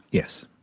yes.